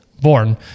born